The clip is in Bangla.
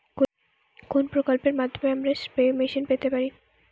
কোন প্রকল্পের মাধ্যমে আমরা স্প্রে মেশিন পেতে পারি?